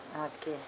okay